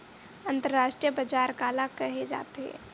अंतरराष्ट्रीय बजार काला कहे जाथे?